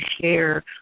share